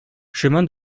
chemin